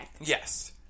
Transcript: Yes